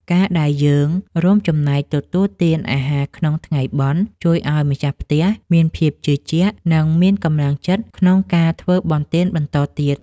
ការដែលយើងរួមចំណែកទទួលទានអាហារក្នុងថ្ងៃបុណ្យ ជួយឱ្យម្ចាស់ផ្ទះមានភាពជឿជាក់ និងមានកម្លាំងចិត្តក្នុងការធ្វើបុណ្យទានបន្តទៀត។